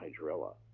hydrilla